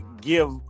give